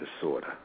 disorder